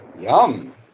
yum